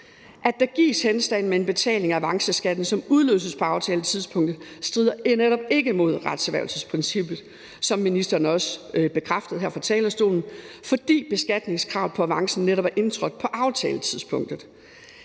At der gives henstand med en betaling af avanceskatten, som udløses på aftaletidspunktet, strider netop ikke imod retserhvervelsesprincippet, som ministeren også bekræftede fra talerstolen, fordi beskatningskravet på avancen netop er indtrådt på aftaletidspunktet.